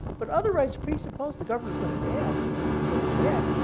but otherwise presuppose the government is going to act when it acts,